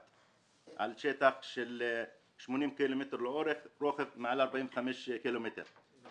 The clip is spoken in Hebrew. שטח של 80 קילומטרים לאורך ומעל 45 קילומטרים רוחב.